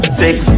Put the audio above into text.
six